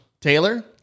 Taylor